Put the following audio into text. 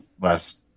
last